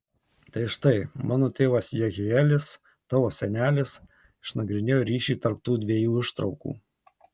tai štai mano tėvas jehielis tavo senelis išnagrinėjo ryšį tarp tų dviejų ištraukų